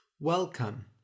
Welcome